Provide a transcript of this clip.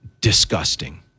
Disgusting